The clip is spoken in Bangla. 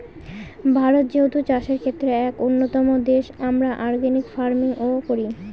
ভারত যেহেতু চাষের ক্ষেত্রে এক উন্নতম দেশ, আমরা অর্গানিক ফার্মিং ও করি